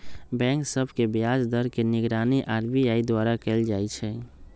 bank सभ के ब्याज दर के निगरानी आर.बी.आई द्वारा कएल जाइ छइ